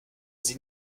sie